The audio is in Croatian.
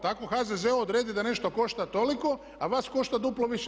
Tako HZZO odredi da nešto košta toliko, a vas košta duplo više.